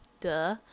duh